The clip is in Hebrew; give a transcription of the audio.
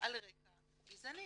על רקע גזעני